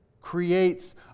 creates